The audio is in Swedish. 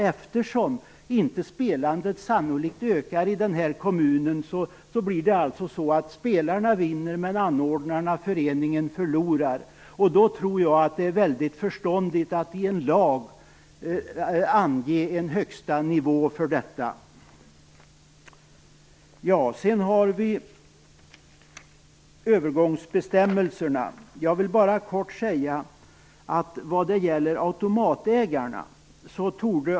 Eftersom spelandet sannolikt inte ökar i denna kommun, blir det så att spelarna vinner men anordnarna, föreningen, förlorar. Därför tror jag att det är förståndigt att i en lag ange en högsta nivå för vinstandelen. Jag vill säga något kort om övergångsbestämmelserna.